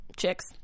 chicks